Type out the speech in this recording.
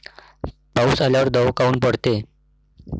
पाऊस आल्यावर दव काऊन पडते?